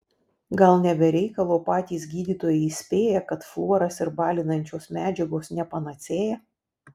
gal ne be reikalo patys gydytojai įspėja kad fluoras ir balinančios medžiagos ne panacėja